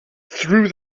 through